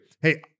hey